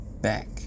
back